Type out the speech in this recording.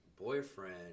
boyfriend